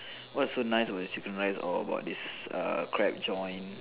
what's so nice about this chicken rice or about this err crab joint